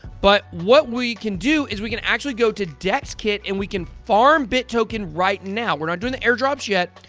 but what we can do is we can actually go to dexkit, and we can farm bitt token right now. we're not doing the airdrops yet.